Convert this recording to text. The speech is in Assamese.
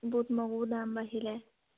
বুট মগুৰো দাম বাঢ়িলে